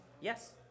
yes